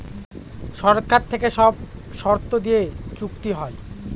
সরকার থেকে সব শর্ত দিয়ে চুক্তি হয়